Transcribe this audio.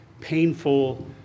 painful